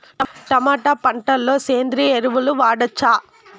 Tomato పంట లో సేంద్రియ ఎరువులు వాడవచ్చా?